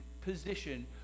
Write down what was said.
position